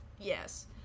Yes